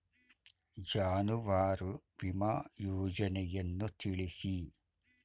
ಜಾನುವಾರು ವಿಮಾ ಯೋಜನೆಯನ್ನು ತಿಳಿಸಿ?